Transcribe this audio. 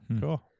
Cool